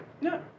No